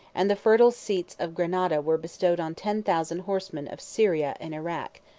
and the fertile seats of grenada were bestowed on ten thousand horsemen of syria and irak,